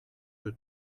que